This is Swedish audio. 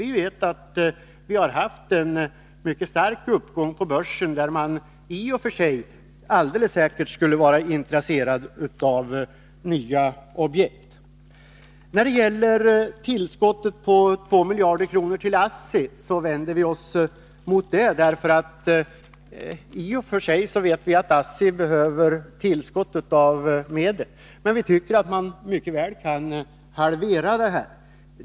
Vi vet ju att det har varit en mycket stark uppgång på börsen, och där finns det alldeles säkert intresse för nya objekt. När det gäller tillskottet på 2 miljarder kronor till ASSI vänder vi oss mot det. Vi vet att ASSI i och för sig behöver tillskott av medel, men vi tycker att man mycket väl kan halvera beloppet.